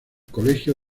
colegio